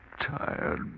Tired